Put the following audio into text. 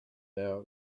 now